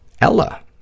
Ella